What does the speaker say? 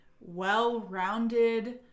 well-rounded